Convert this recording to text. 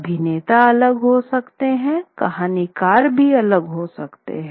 अभिनेता अलग हो सकते हैं कहानीकार भी अलग हो सकते हैं